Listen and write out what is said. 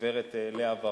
הגברת לאה ורון,